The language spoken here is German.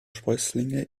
sprösslinge